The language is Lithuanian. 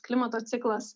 klimato ciklas